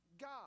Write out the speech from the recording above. God